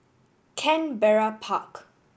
Canberra Park